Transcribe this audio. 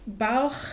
Bauch